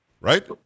right